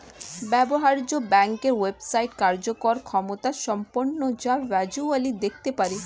ব্যবহার্য ব্যাংকের ওয়েবসাইট কার্যকর ক্ষমতাসম্পন্ন যা ভার্চুয়ালি দেখতে পারি